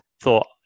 thought